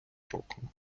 роком